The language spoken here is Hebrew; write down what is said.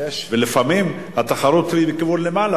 ולפעמים התחרות היא לכיוון מעלה,